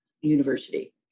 university